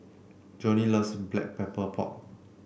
Joanie loves Black Pepper Pork